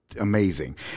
amazing